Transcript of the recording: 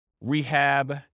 rehab